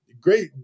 great